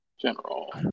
General